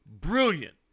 Brilliant